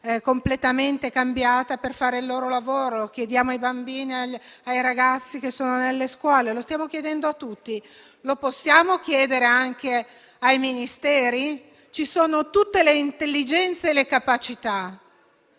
completamente cambiata; lo chiediamo ai bambini e ai ragazzi che sono nelle scuole; lo stiamo chiedendo a tutti. Lo possiamo chiedere anche ai Ministeri? Ci sono tutte le intelligenze e le capacità,